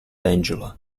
angela